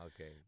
okay